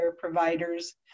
providers